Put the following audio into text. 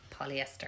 polyester